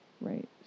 Right